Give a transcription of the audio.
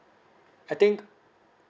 I think